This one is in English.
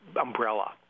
umbrella